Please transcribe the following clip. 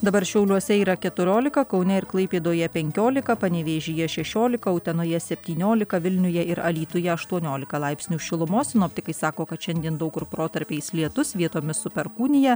dabar šiauliuose yra keturiolika kaune ir klaipėdoje penkiolika panevėžyje šešiolika utenoje septyniolika vilniuje ir alytuje aštuoniolika laipsnių šilumos sinoptikai sako kad šiandien daug kur protarpiais lietus vietomis su perkūnija